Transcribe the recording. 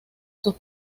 sus